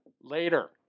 Later